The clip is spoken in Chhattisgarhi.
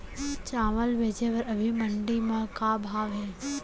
चांवल बेचे बर अभी मंडी म का भाव हे?